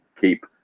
keep